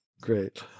Great